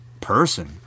person